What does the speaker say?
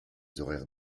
horaires